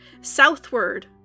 southward